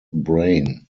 brain